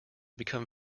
become